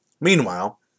Meanwhile